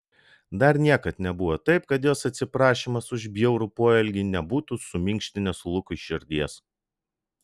dar niekad nebuvo taip kad jos atsiprašymas už bjaurų poelgį nebūtų suminkštinęs lukui širdies